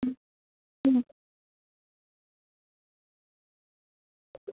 হুম হুম